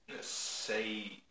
say